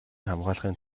хамгаалахын